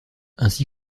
ainsi